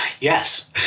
yes